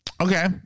Okay